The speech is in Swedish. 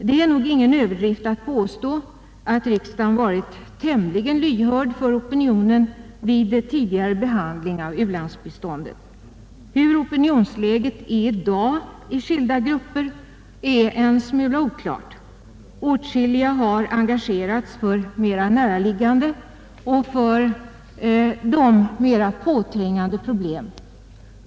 Det är nog ingen överdrift att påstå att riksdagen varit tämligen lyhörd för opinionen vid tidigare behandling av u-landsbiståndet. Hur opinionsläget är i dag i skilda grupper är en smula oklart. Åtskilliga har engagerats för mera näraliggande och för dem mera påträngande problem.